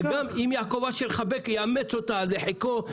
וגם אם יעקב אשר יאמץ אותה לחיקו,